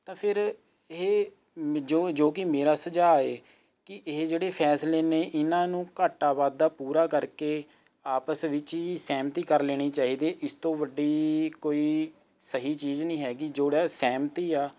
ਤਾਂ ਫੇਰ ਇਹ ਮਿਜੋ ਜੋ ਕਿ ਮੇਰਾ ਸੁਝਾਅ ਹੈ ਕਿ ਇਹ ਜਿਹੜੇ ਫੈਸਲੇ ਨੇ ਇਹਨਾਂ ਨੂੰ ਘਾਟਾ ਵਾਧਾ ਪੂਰਾ ਕਰਕੇ ਆਪਸ ਵਿੱਚ ਹੀ ਸਹਿਮਤੀ ਕਰ ਲੈਣੀ ਚਾਹੀਦੀ ਹੈ ਇਸ ਤੋਂ ਵੱਡੀ ਕੋਈ ਸਹੀ ਚੀਜ਼ ਨਹੀਂ ਹੈਗੀ ਜੋੜੇ ਸਹਿਮਤੀ ਹਾਂ